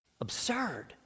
Absurd